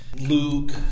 Luke